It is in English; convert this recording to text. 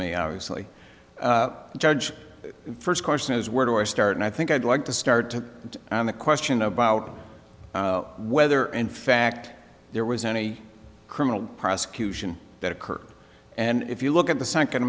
me obviously judge first question is where do i start and i think i'd like to start to the question about whether in fact there was any criminal prosecution that occurred and if you look at the s